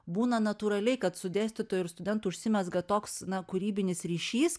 būna natūraliai kad su dėstytoju ir studentu užsimezga toks kūrybinis ryšys